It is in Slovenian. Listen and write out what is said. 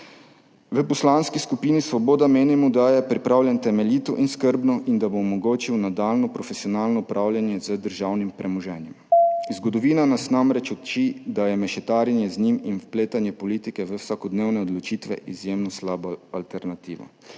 V Poslanski skupini Svoboda menimo, da je pripravljen temeljito in skrbno in da bo omogočil nadaljnjo profesionalno upravljanje z državnim premoženjem. Zgodovina nas namreč uči, da je mešetarjenje z njim in vpletanje politike v vsakodnevne odločitve izjemno slaba alternativa.